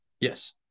Yes